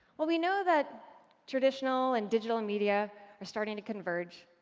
while we know that traditional and digital media are starting to converge,